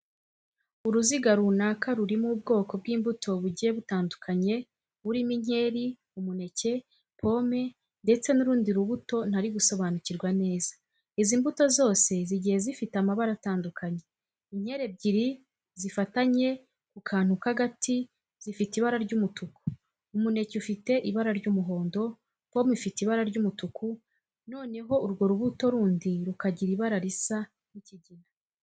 Uruziga runaka rurimo ubwoko bw'imbuto bugiye butandukanye burimo inkeri, umuneke, pome ndetse n'urundi rubuto ntari gusobanakirwa neza. Izi mbuto zose zigiye zifite amabara atandukanye. Inkeri ebyiri zifatanye ku kantu k'agati zifite ibara ry'umutuku, umuneke ufite ibara ry'umuhondo, pome ifite ibara ry'umutuku, noneho urwo rubuto rundi rukagira ibara risa nk'ikigina.